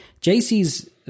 JC's